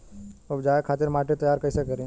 उपजाये खातिर माटी तैयारी कइसे करी?